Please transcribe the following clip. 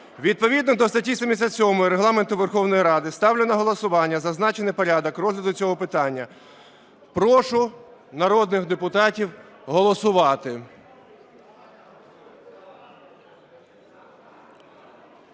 Відповідно до статті 77 Регламенту Верховної Ради ставлю на голосування зазначений порядок розгляду цього питання. Прошу народних депутатів голосувати.